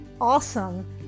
awesome